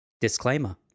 Disclaimer